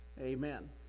Amen